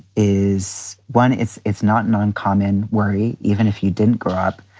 is one. it's it's not an uncommon worry. even if you didn't grow up